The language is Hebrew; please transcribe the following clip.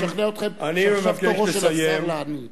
אני רוצה לנסות לשכנע אתכם שעכשיו תורו של השר לענות.